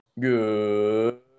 Good